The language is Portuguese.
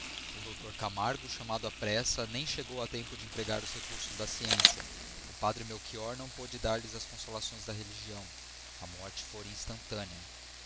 o dr camargo chamado à pressa nem chegou a tempo de empregar os recursos da ciência o padre melchior não pôde dar-lhe as consolações da religião a morte fora instantânea